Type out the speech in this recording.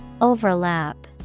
Overlap